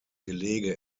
gelege